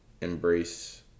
embrace